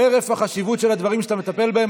חרף החשיבות של הדברים שאתה מטפל בהם,